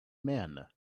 men